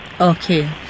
Okay